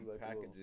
packages